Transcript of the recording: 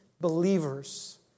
believers